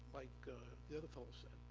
like the other fellow said.